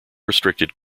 restricted